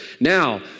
Now